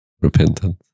Repentance